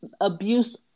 abuse